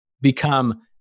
become